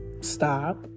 stop